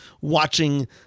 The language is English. watching